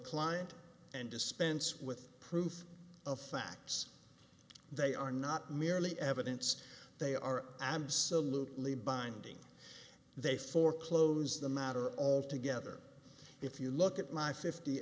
client and dispense with proof of facts they are not merely evidence they are absolutely bindings they foreclose the matter altogether if you look at my fifty